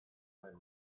nel